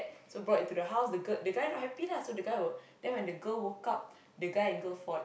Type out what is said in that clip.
so brought into the house the girl the guy not happy lah so the guy will then when the girl woke up the guy and girl fought